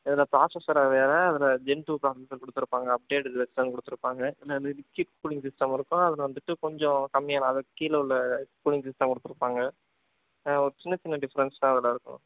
இதில் ப்ராசசர் அது வேறு அதில் ஜென் டூ ப்ராசசர் கொடுத்துருப்பாங்க அப்டேட்டட் வெர்ஷன் கொடுத்துருப்பாங்க அதுல சிப் கூலிங் சிஸ்டம் இருக்கும் அதில் வந்துட்டு கொஞ்சம் கம்மியான அதுக்கு கீழே உள்ள கூலிங் சிஸ்டம் கொடுத்துருப்பாங்க ஒரு சின்ன சின்ன டிஃப்ரெண்ட்ஸ் தான் அதில் இருக்கும்